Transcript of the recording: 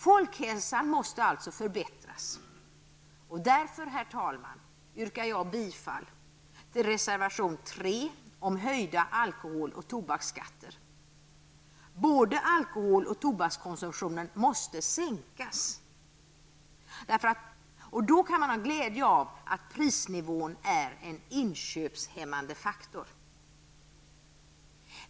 Folkhälsan måste alltså förbättras, och därför, herr talman, yrkar jag bifall till reservation 3, med anledning av motionerna So87 och So91, om höjda alkohol och tobaksskatter. Både alkohol och tobakskonsumtionen måste minskas, och då kan man ha glädje av att prisnivån är en inköpshämmande faktor.